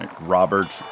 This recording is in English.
Robert